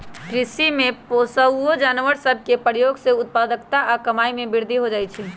कृषि में पोअउऔ जानवर सभ के प्रयोग से उत्पादकता आऽ कमाइ में वृद्धि हो जाइ छइ